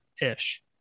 ish